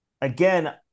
again